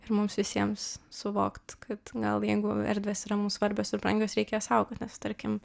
ir mums visiems suvokt kad gal jeigu erdvės yra mum svarbios ir brangios reikia jas saugot nes tarkim